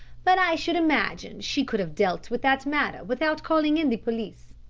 but i should imagine she could have dealt with that matter without calling in the police.